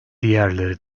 diğerleri